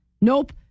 Nope